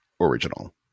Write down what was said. original